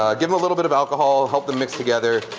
ah give them a little bit of alcohol, help them mixed together,